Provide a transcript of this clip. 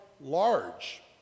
large